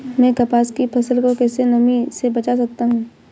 मैं कपास की फसल को कैसे नमी से बचा सकता हूँ?